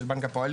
של בנק הפועלים.